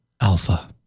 Alpha